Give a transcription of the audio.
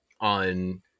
on